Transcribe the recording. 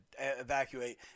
Evacuate